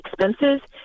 expenses